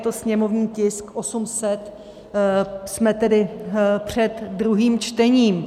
Je to sněmovní tisk 800, jsme tedy před druhým čtením.